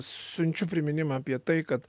siunčiu priminimą apie tai kad